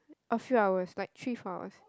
a few hours like three four hours